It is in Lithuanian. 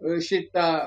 e šita